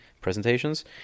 presentations